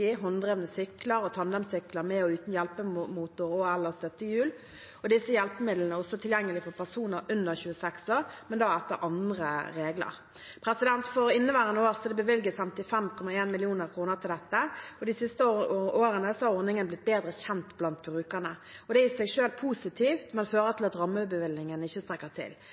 hånddrevne sykler og tandemsykler med og uten hjelpemotor og/eller støttehjul, og disse hjelpemidlene er også tilgjengelige for personer under 26 år, men da etter andre regler. For inneværende år er det bevilget 55,1 mill. kr til dette, og de siste årene er ordningen blitt bedre kjent blant brukerne. Det er i seg selv positivt, men fører til at rammebevilgningene ikke strekker til.